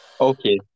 okay